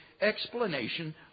explanation